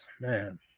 man